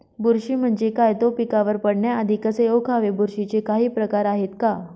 बुरशी म्हणजे काय? तो पिकावर पडण्याआधी कसे ओळखावे? बुरशीचे काही प्रकार आहेत का?